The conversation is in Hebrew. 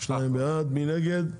מי נגד?